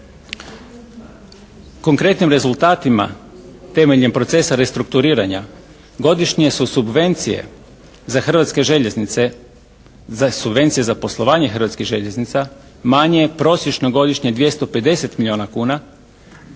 konkretnim rezultatima temeljem procesa restrukturiranja godišnje su subvencije za Hrvatske željeznice, subvencije za poslovanje Hrvatskih željeznica manje, prosječno godišnje 250 milijuna kuna,